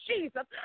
Jesus